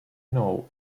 know